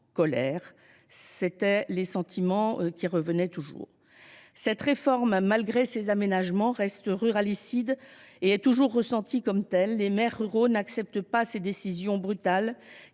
sont inlassablement exprimés. Cette réforme, malgré ses aménagements, reste « ruralicide » et est toujours ressentie comme telle. Les maires ruraux n’acceptent pas ces décisions brutales